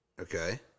Okay